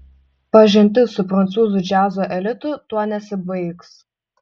pažintis su prancūzų džiazo elitu tuo nesibaigs